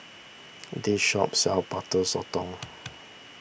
this shop sells Butter Sotong